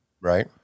Right